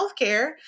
healthcare